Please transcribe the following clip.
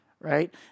Right